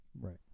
Right